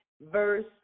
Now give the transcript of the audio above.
verse